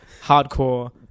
hardcore